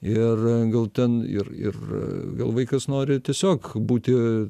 ir gal ten ir ir gal vaikas nori tiesiog būti